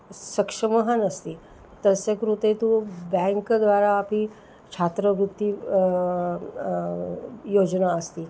सक्षमः नास्ति तस्य कृते तु बेङ्क् द्वारा अपि छात्रवृत्तेः योजना अस्ति